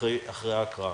לאחר ההקראה.